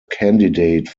candidate